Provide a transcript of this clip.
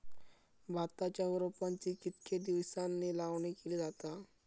भाताच्या रोपांची कितके दिसांनी लावणी केली जाता?